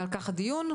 על כך הדיון.